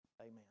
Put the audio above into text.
Amen